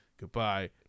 Goodbye